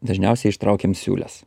dažniausiai ištraukiam siūles